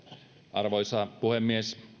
arvoisa puhemies